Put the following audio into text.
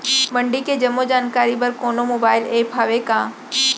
मंडी के जम्मो जानकारी बर कोनो मोबाइल ऐप्प हवय का?